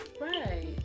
Right